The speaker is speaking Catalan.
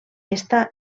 està